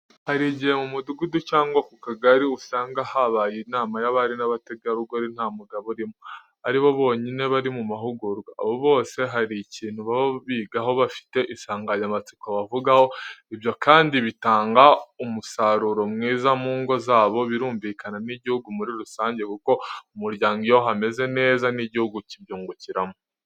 Hari igihe mu mudugudu cyangwa ku kagari usanga habaye inama y'abari n'abategarugori nta mugabo urimo, aribo bonyine bari mu mahugurwa. Abo bose hari ikintu baba bigaho, bafite isanganyamatsiko bavugaho, ibyo kandi bitanga umusaruro mwiza mu ngo zabo, birumvikana n'igihugu muri rusange, kuko mu muryango iyo hameze neza n'igihugu kibyungukiramo.